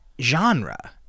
genre